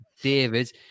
David